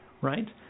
right